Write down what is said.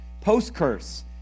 Post-curse